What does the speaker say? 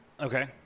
Okay